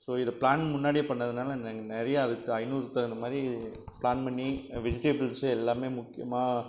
so இந்த plan முன்னாடியே பண்ணதினால எங்களுக்கு நிறையா அதுக்கு ஐநூறுக்கு தகுந்தமாதிரி பிளான் பண்ணி வெஜிடபிள்ஸ் எல்லாம் முக்கியமாக